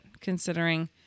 considering